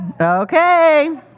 okay